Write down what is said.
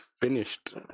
Finished